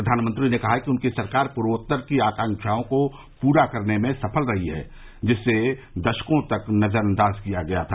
प्रधानमंत्री ने कहा कि उनकी सरकार पूर्वोत्तर की आकांक्राओं को पूरा करने में सफल रही है जिसे दशकों तक नजरअंदाज किया गया था